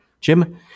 Jim